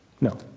No